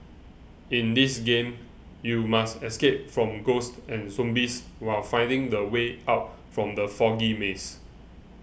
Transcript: in this game you must escape from ghosts and zombies while finding the way out from the foggy maze